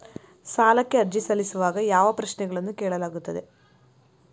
ಸಾಲಕ್ಕೆ ಅರ್ಜಿ ಸಲ್ಲಿಸುವಾಗ ಯಾವ ಪ್ರಶ್ನೆಗಳನ್ನು ಕೇಳಲಾಗುತ್ತದೆ?